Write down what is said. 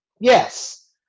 Yes